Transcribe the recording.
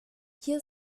hier